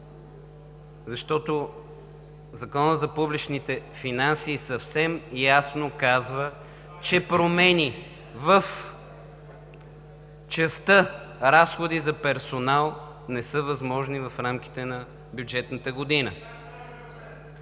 защото Законът за публичните финанси съвсем ясно казва, че промени в частта „Разходи за персонал“ не са възможни в рамките на бюджетната година.